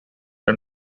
and